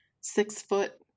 six-foot